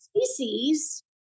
species